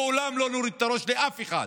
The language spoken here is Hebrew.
לעולם לא נוריד את הראש לאף אחד.